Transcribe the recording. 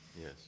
yes